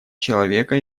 человека